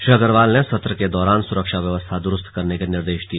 श्री अग्रवाल ने सत्र के दौरान सुरक्षा व्यवस्था द्रुस्त करने के निर्देश दिए